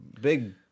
big